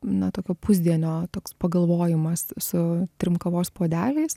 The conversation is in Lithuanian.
na tokio pusdienio toks pagalvojimas su trim kavos puodeliais